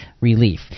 relief